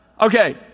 Okay